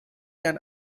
can